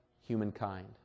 humankind